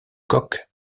coke